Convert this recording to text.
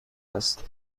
است